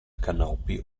canopy